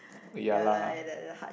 ya lah